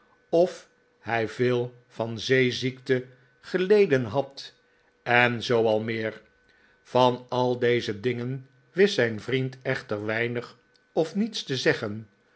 of hij veel van zeeziekte geleden had en zoo al meer van al deze dingen wist zijn vriend echter weinig of niets te zeggen